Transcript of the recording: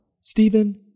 Stephen